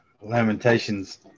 Lamentations